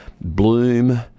Bloom